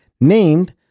named